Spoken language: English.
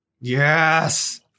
Yes